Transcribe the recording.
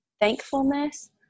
thankfulness